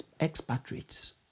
expatriates